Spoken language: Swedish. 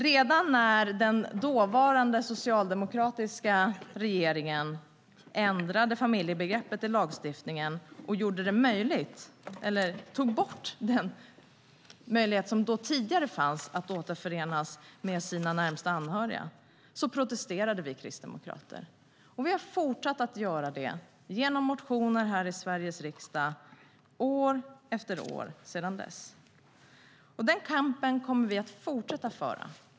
Redan när den dåvarande socialdemokratiska regeringen ändrade familjebegreppet i lagstiftningen och tog bort den möjlighet som tidigare fanns att återförenas med sina närmaste anhöriga protesterade vi kristdemokrater, och vi har fortsatt att göra det genom att skriva motioner här i Sveriges riksdag år efter år sedan dess. Den kampen kommer vi att fortsätta föra.